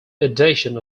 edition